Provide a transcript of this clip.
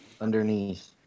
underneath